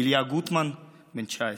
איליה גוטמן, בן 19,